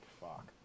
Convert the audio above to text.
fuck